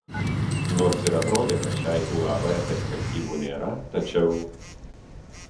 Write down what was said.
nors ir atrodė kad šiai uab perspektyvų nėra tačiau